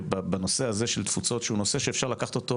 בנושא הזה של התפוצות, שזה נושא שאפשר לקחת אותו